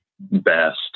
best